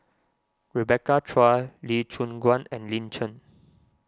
Rebecca Chua Lee Choon Guan and Lin Chen